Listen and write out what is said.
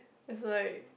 it's like